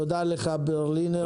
תודה לך, ברלינר.